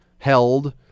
held